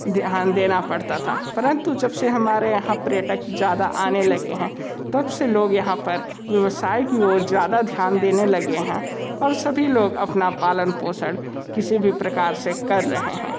ध्यान देना पड़ता था परंतु जबसे हमारे यहाँ पर्यटक ज़्यादा आने लगे हैं तब से लोग यहाँ पर व्यवसाय की ओर ज़्यादा ध्यान देने लगे हैं और सभी लोग अपना पालन पोषण किसी भी प्रकार से कर रहे हैं